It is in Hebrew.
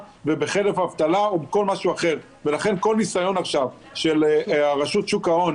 ובחלף אבטלה או בכל משהו אחר ולכן כל ניסיון עכשיו של רשות שוק ההון,